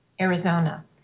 Arizona